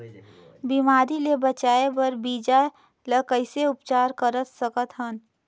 बिमारी ले बचाय बर बीजा ल कइसे उपचार कर सकत हन?